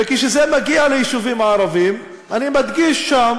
וכשזה מגיע ליישובים הערביים, אני מדגיש שם